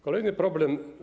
Kolejny problem.